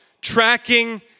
tracking